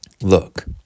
Look